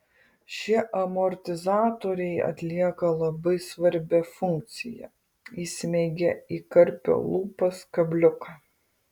šie amortizatoriai atlieka labai svarbią funkciją įsmeigia į karpio lūpas kabliuką